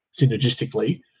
synergistically